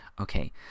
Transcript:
Okay